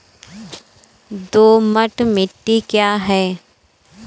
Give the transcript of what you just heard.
दोमट मिट्टी क्या है?